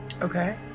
Okay